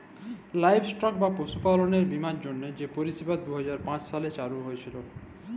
livestock বা পশুপাললের বীমার জ্যনহে যে পরিষেবা দু হাজার পাঁচে শুরু হঁইয়েছিল